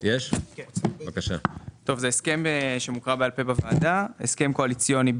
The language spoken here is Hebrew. שגם ידידנו חבר הכנסת בני בגין לא מסכים עם המיסיון.